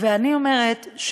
ואני אומרת,